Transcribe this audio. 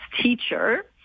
teacher